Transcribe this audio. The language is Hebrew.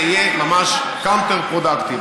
זה יהיה ממש counterproductive.